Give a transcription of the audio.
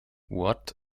what